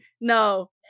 No